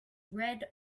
red